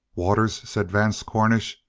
waters, said vance cornish,